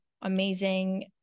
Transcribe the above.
amazing